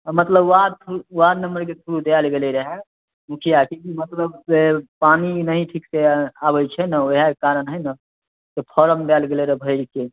मतलब ward ward नम्मरके through देल गेल रहए मुखिआके मतलब पानि भी नहि ठीकसे आबैत छै ने ओएह कारण हइ ने तऽ फारम देल गेल रहए भरिके